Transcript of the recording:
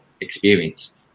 experience